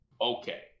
okay